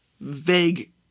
vague